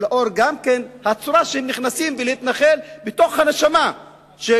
וגם בגלל הצורה שבה הם נכנסים להתנחל בתוך הנשמה של